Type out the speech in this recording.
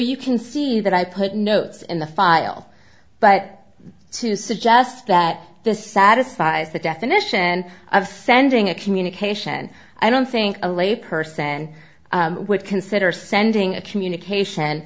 you can see that i put notes in the file but to suggest that this satisfies the definition of sending a communication i don't think a lay person would consider sending a communication